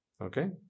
okay